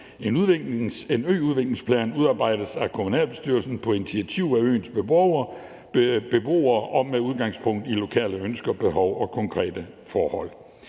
En øudviklingsplan udarbejdes af kommunalbestyrelsen på initiativ af øens beboere og med udgangspunkt i lokale ønsker, behov og konkrete forhold.